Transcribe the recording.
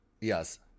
Yes